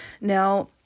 now